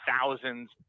thousands